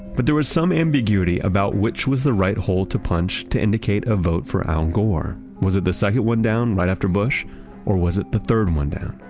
but there was some ambiguity about which was the right hole to punch to indicate a vote for al gore. was it the second one down right after bush or was it the third one down?